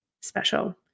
special